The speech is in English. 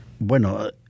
Bueno